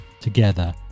together